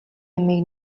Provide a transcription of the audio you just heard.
юмыг